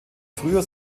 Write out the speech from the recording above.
früher